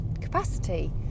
capacity